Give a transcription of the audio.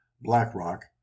BlackRock